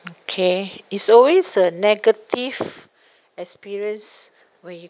okay it's always a negative experience when you